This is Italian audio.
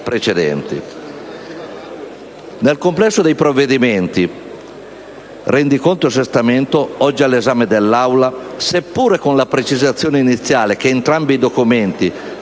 precedenti. Dal complesso dei provvedimenti, rendiconto e assestamento, oggi all'esame dell'Assemblea, seppure con la precisazione iniziale che entrambi i documenti